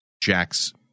Jack's